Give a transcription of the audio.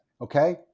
Okay